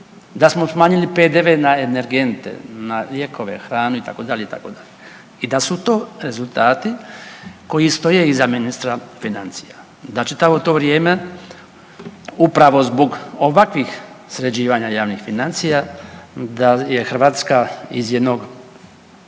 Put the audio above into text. da smo smanjili PDV na energente, na lijekove, hranu itd., itd. i da su to rezultati koji stoje iza ministra financija, da čitavo to vrijeme upravo zbog ovakvih sređivanja javnih financija da je Hrvatska iz jednog